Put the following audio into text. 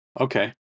okay